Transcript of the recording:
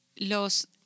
Los